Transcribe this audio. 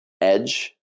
edge